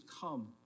come